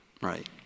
right